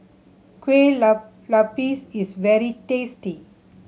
kuih lopes is very tasty